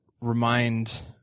remind